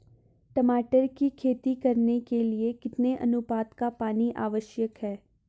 टमाटर की खेती करने के लिए कितने अनुपात का पानी आवश्यक है?